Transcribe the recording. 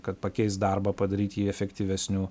kad pakeist darbą padaryt jį efektyvesniu